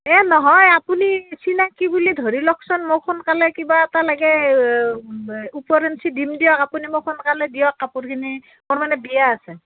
এ নহয় আপুনি চিনাকি বুলি ধৰি লওকচোন মোক সোনকালে কিবা এটা লাগে উপৰিঞ্চি দিম দিয়ক আপুনি মোক সোনকালে দিয়ক কাপোৰখিনি মোৰ মানে বিয়া আছে